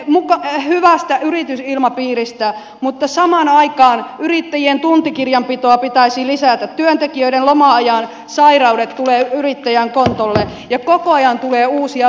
puhutte hyvästä yritysilmapiiristä mutta samaan aikaan yrittäjien tuntikirjanpitoa pitäisi lisätä työntekijöiden loma ajan sairaudet tulevat yrittäjän kontolle ja koko ajan tulee uusia velvoitteita